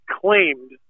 claimed